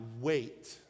wait